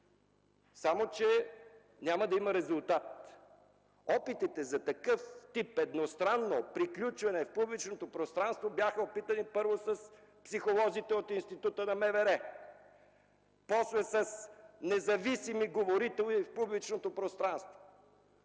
Само че няма да има резултат! Опитите, за такъв тип едностранно приключване в публичното пространство, бяха направени първо с психолозите от Института на МВР, после с „независими говорители” в публичното пространство,